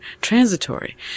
transitory